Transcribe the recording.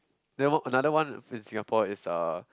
then what another one in Singapore is uh